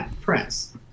press